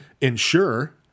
ensure